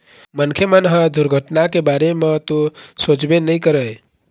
मनखे मन ह दुरघटना के बारे म तो सोचबे नइ करय